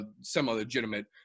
semi-legitimate